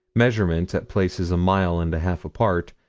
measurements at places a mile and a half apart,